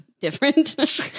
different